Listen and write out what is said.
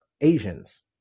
Asians